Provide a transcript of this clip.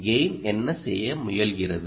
எனவே கெய்ன் என்ன செய்ய முயல்கிறது